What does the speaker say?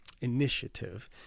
initiative